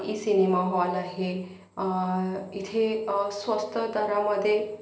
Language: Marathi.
इ सिनेमा हॉल आहे इथे स्वस्त दरामध्ये